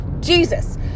Jesus